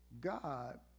God